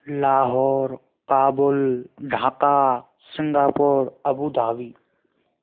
Lahore Kabul Dhaka Singapore Abu Dhabi